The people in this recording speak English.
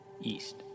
east